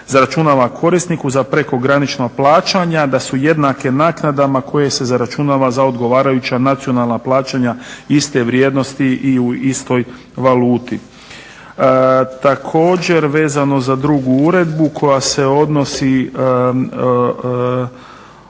zaračunava korisniku za prekogranična plaćanja da su jednake naknadama koje se zaračunava za odgovarajuća nacionalna plaćanja iste vrijednosti i u istoj valuti. Također vezano za drugu uredbu koja se odnosi